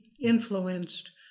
influenced